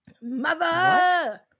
Mother